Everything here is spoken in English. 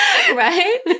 Right